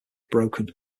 broken